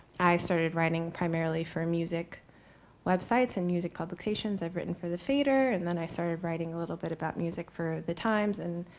i started writing primarily for music websites and music publications. i've written for the fader, and then i started writing a little bit about music for the times. and